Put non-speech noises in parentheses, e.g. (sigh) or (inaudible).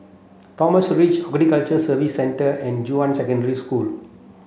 (unintelligible) Ridge Horticulture Services Centre and Junyuan Secondary School